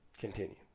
Continue